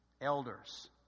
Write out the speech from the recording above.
elders